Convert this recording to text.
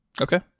Okay